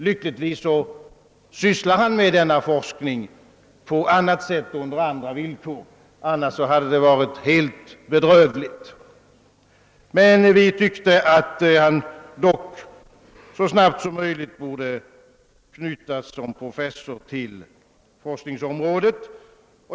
Lyckligtvis sysslar han med denna forskning på annat sätt och under andra villkor — annars skulle läget ha varit helt bedrövligt —, men vi tyckte att han så snart som möjligt borde knytas som professor till forskningsområdet.